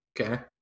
okay